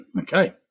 Okay